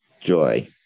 Joy